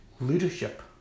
leadership